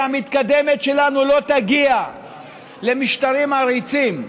המתקדמת שלנו לא תגיע למשטרים עריצים.